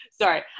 Sorry